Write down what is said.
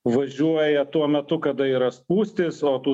važiuoja tuo metu kada yra spūstys o tų